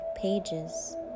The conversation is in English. pages